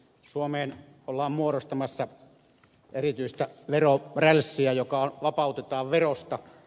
suomeen ollaan muodostamassa erityistä verorälssiä joka vapautetaan verosta